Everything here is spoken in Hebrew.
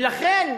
ולכן,